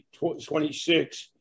26